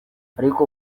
ariko